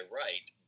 right